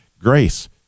grace